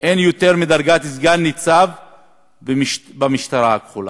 אין יותר מדרגת סגן-ניצב במשטרה הכחולה?